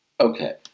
okay